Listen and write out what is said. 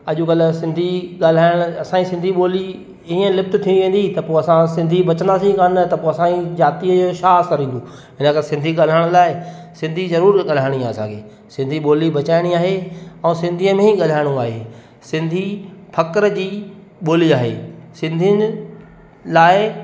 अॼुकल्ह सिंधी ॻाल्हाइणु असांजी सिंधी ॿोली इएं लुप्त थी वेंदी त पोइ असां सिंधी बचंदासीं कोन त पोइ असांजी जातीअ जो छा असर ईंदो हिन कारण सिंधी ॻाल्हाइण लाइ सिंधी ज़रूरु ॻाल्हाइणी आहे असांखे सिंधी ॿोली बचाइणी आहे ऐं सिंधीअ में ई ॻाल्हाइणो आहे सिंधी फ़ख़ुर जी ॿोली आहे सिंधियुनि लाइ